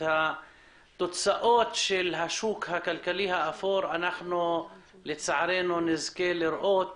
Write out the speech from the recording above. את תוצאות השוק הכלכלי האפור לצערנו נזכה לראות